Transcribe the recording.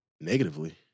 Negatively